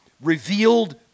revealed